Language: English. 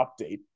update